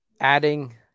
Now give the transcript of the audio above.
Adding